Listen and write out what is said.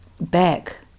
back